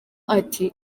ati